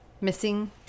missing